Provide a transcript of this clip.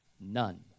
None